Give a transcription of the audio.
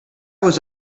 was